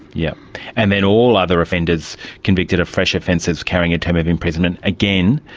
yeah and then all other offenders convicted of fresh offences carrying a term of imprisonment, again,